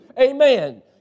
amen